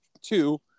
two